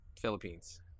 philippines